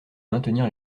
maintenir